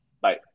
Bye